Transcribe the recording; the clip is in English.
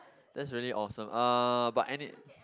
that's really awesome uh but any